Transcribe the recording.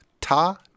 ta